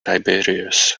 tiberius